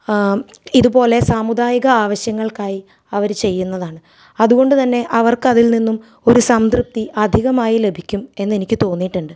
ഇത്പോലെ സാമുദായിക ആവശ്യങ്ങൾക്കായി അവര് ചെയ്യുന്നതാണ് അതുകൊണ്ട് തന്നെ അവർക്ക് അതിൽ നിന്നും ഒരു സംതൃപ്തി അധികമായി ലഭിക്കും എന്നെനിക്ക് തോന്നിയിട്ടുണ്ട്